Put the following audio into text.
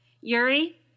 yuri